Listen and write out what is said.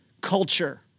culture